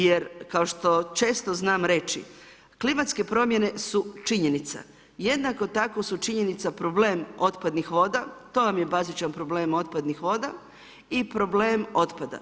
Jer kao što često znam reći, klimatske promjene su činjenica, jednako tako su činjenica problem otpadnih voda, to vam je bazičan problem otpadnih voda i problem otpada.